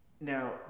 now